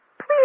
Please